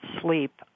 sleep